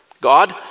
God